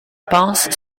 pense